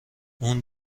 اون